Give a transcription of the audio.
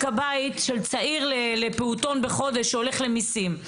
הבית של צעיר לפעוטון בחודש שהולך למסים.